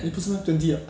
eh 不是 meh twenty ah